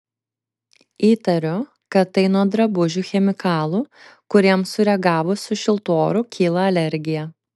įtariu kad tai nuo drabužių chemikalų kuriems sureagavus su šiltu oru kyla alergija